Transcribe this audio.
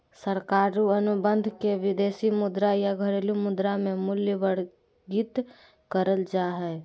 सरकारी अनुबंध के विदेशी मुद्रा या घरेलू मुद्रा मे मूल्यवर्गीत करल जा हय